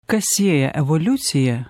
kas sieja evoliuciją